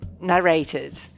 narrated